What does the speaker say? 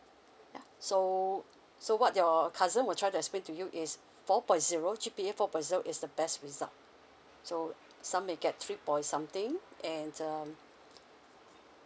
yeah so so what your cousin were try to explain to you is four point zero G_P_A four point zero is the best result so some may get three point something and um